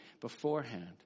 beforehand